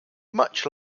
much